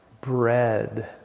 bread